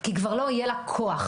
כי כבר לא יהיה לה כוח.